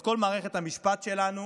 את כל מערכת המשפט שלנו,